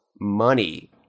money